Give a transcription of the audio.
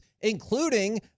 including